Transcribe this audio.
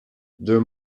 deux